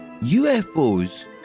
UFOs